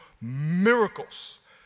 miracles